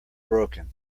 broken